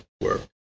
work